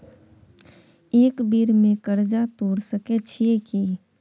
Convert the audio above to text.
एक बेर में कर्जा तोर सके छियै की?